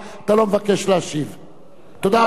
תודה רבה.